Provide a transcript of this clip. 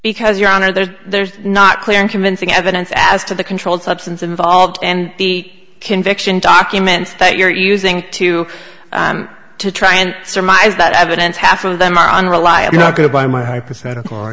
because you're on a there's there's not clear and convincing evidence as to the controlled substance involved and the conviction documents that you're using to to try and surmise that evidence half of them are unreliable not good by my hypothetical